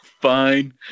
Fine